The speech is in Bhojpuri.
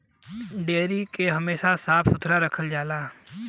डेयरी के हमेशा साफ सुथरा रखल जाला